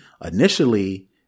initially